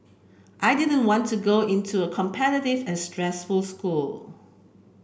I didn't want to go into a competitive and stressful school